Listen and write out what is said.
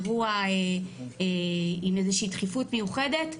באירוע עם איזה שהיא דחיפות מיוחדת,